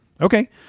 Okay